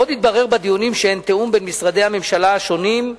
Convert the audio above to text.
עוד התברר בדיונים שאין תיאום בין משרדי הממשלה השונים,